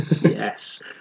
Yes